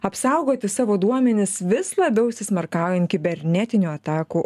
apsaugoti savo duomenis vis labiau įsismarkaujant kibernetinių atakų